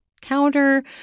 counter